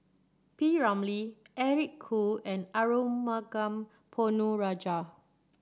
P Ramlee Eric Khoo and Arumugam Ponnu Rajah